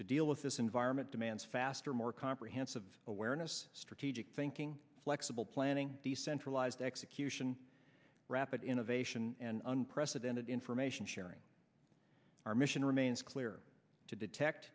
to deal with this environment demands faster more comprehensive awareness strategic thinking flexible planning decentralized execution rapid innovation and unprecedented information sharing our mission remains clear to detect